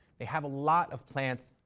they have a lot of plants,